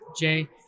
Jay